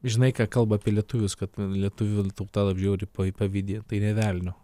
žinai ką kalba apie lietuvius kad lietuvių tauta bjauriai pavydi tai nė velnio